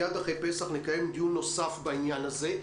מייד אחרי פסח נקיים דיון נוסף בעניין הזה.